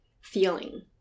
feeling